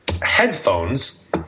headphones